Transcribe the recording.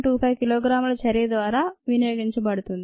25 కిలోగ్రాముల చర్య ద్వారా వినియోగించబడుతోంది